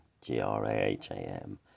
G-R-A-H-A-M